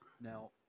Now